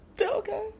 okay